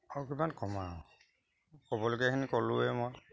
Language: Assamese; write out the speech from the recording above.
অকণমান কমা আৰু ক'বলগীয়াখিনি ক'লোঁৱেই মই